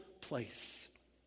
place